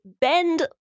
Bend